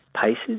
Pace's